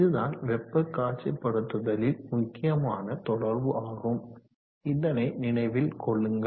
இதுதான் வெப்ப காட்சிப்படுத்துதலில் முக்கியமான தொடர்பு ஆகும் இதனை நினைவில் கொள்ளுங்கள்